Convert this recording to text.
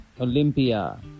Olympia